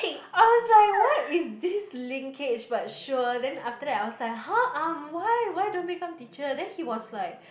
I was like what is this linkage but sure then after that I was like !huh! um why why don't become teacher then he was like